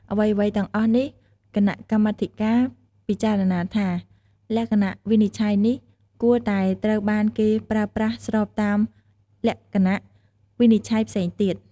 អ្វីៗទាំងអស់នេះគណៈកម្មាធិការ ពិចារណាថា លក្ខណវិនិច្ឆ័យនេះ គួរតែត្រូវបានគេប្រើប្រាស់ស្របនឹងលក្ខណវិនិច្ឆ័យផ្សេងទៀត។